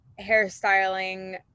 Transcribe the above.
hairstyling